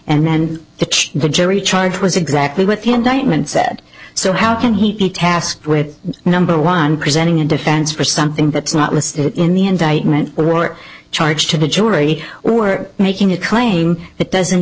and then it's the jury charge was exactly with him damon said so how can he be tasked with number one presenting a defense for something that's not listed in the indictment were it charged to the jury or making a claim that doesn't